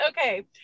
okay